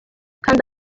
kanda